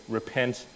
repent